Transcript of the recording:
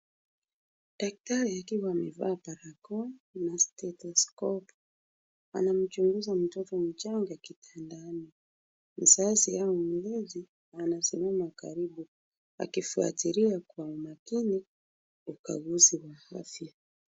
Daktari akiwa amevaa barakoa na stethoskopu , anamchunguza mtoto mchanga kitandani. Mzazi au mlezi anasimama karibu akifuatilia kwa makini ukaguzi wa afya.